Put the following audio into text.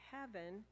heaven